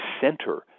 center